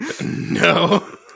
no